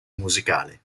musicale